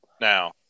now